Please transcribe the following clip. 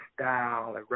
style